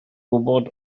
gwybod